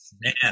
Man